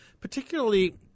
particularly